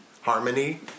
harmony